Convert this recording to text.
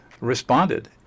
responded